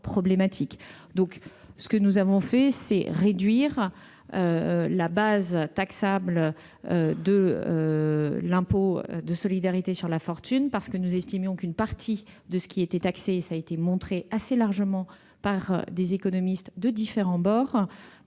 notre part, nous avons réduit la base taxable de l'impôt de solidarité sur la fortune, parce que nous estimions qu'une partie de ce qui était taxé- comme l'ont démontré assez largement des économistes de différents bords